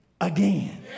again